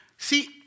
See